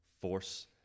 force